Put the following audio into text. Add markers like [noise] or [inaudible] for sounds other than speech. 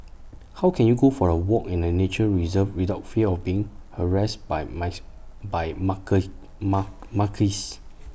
how can you go for A walk in A nature reserve without fear of being harassed by [unintelligible] by mark mark [unintelligible]